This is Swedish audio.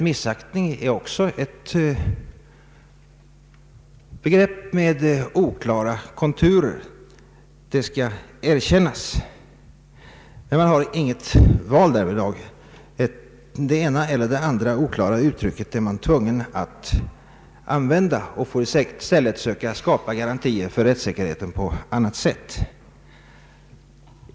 ”Missaktning” är också ett begrepp med oklara konturer — det skall erkännas, men man har inget val därvidlag. Man är tvungen att använda det ena eller det andra oklara uttrycket och får i stället söka skapa garantier för rättssäkerheten på annat sätt.